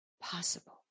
possible